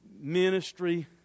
ministry